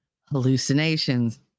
Hallucinations